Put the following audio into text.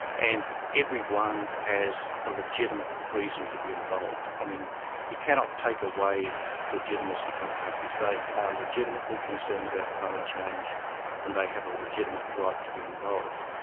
and every one has a legitimate reason to be involved, i mean you cannot take away legitimacy from countries, they are legitimately concerned about climate change and they have a legitimate right to be involved.